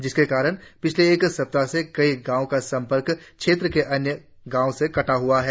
जिसके कारण पिछले एक सप्ताह से कई गांवों का संपर्क क्षेत्र अन्य गांवो से कटा हुआ है